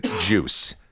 juice